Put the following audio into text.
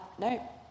no